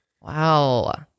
wow